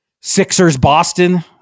Sixers-Boston